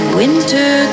winter